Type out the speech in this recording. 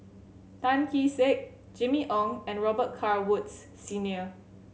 Tan Kee Sek Jimmy Ong and Robet Carr Woods Senior